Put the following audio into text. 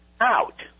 out